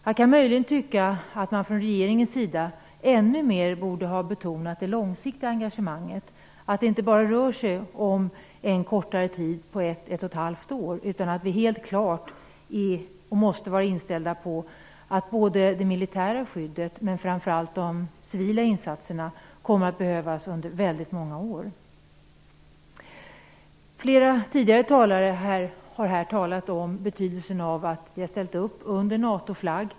Jag kan möjligen tycka att man från regeringens sida ännu mer borde ha betonat det långsiktiga engagemanget, att det inte bara rör sig om en kortare tid på 1-1 1/2 år, utan att vi helt klart är och måste vara inställda på att det militära skyddet och framför allt de civila insatserna kommer att behövas under många år. Flera har talat om betydelsen av att vi har ställt upp under NATO-flagg.